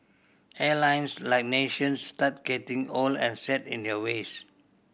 airlines like nations start getting old and set in their ways